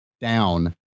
down